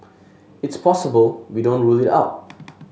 it's possible we don't rule it out